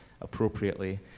appropriately